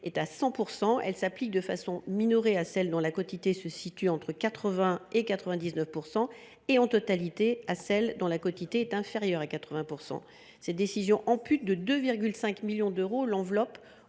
est de 100 %, elle s’applique de façon minorée à celles dont la quotité se situe entre 80 % et 99 % et en totalité à celles dont la quotité est inférieure à 80 %. Cette décision a pour conséquence